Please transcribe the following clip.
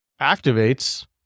activates